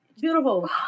Beautiful